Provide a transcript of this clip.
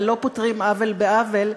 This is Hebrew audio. אבל לא פותרים עוול בעוול,